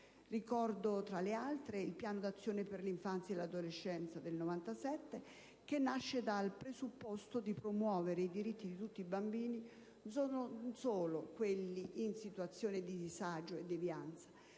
Ricordo, tra le altre, il Piano d'azione per l'infanzia e l'adolescenza del 1997, che nasce dal presupposto di promuovere i diritti di tutti i bambini, non solo di quelli in situazioni di disagio e di devianza,